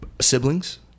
siblings